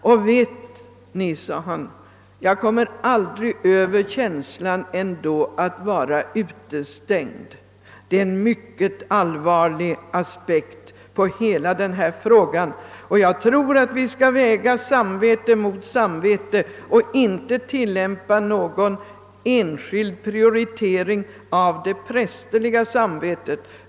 Och vet Ni>, sade han, »jag kommer aldrig över känslan att vara utestängd.» Det är en mycket allvarlig aspekt på hela denna fråga. Jag tror att vi måste väga samvete mot samvete och inte tilllämpa någon prioritering av det prästerliga samvetet.